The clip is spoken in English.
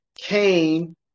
came